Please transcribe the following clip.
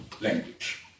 language